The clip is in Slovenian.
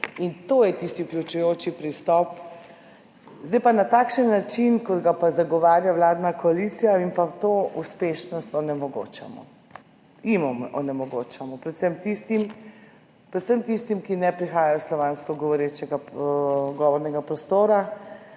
To je tisti vključujoči pristop. Na takšen način, kot ga pa zagovarja vladna koalicija, jim pa to uspešnost onemogočamo. Jim onemogočamo, predvsem tistim, ki ne prihajajo iz slovansko govorečega govornega prostora.